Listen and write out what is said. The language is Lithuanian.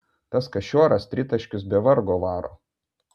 tas kašioras tritaškius be vargo varo